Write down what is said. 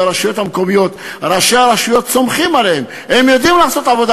אדוני היושב-ראש, אם אין לך תאגיד אין לך מע"מ.